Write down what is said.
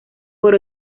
por